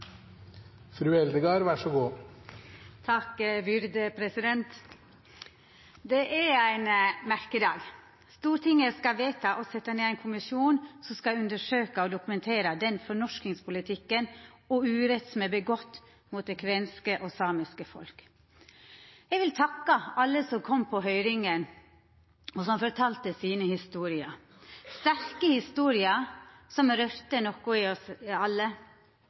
Stortinget skal vedta å setja ned ein kommisjon som skal undersøkja og dokumentera fornorskingspolitikken og den uretten som er gjord mot det kvenske og det samiske folk. Eg vil takka alle som kom på høyringa og fortalde sine historier – sterke historier som rørte noko i